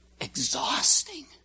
exhausting